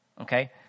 Okay